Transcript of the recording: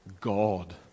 God